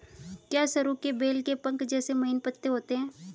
क्या सरु के बेल के पंख जैसे महीन पत्ते होते हैं?